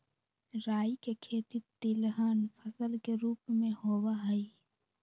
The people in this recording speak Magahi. राई के खेती तिलहन फसल के रूप में होबा हई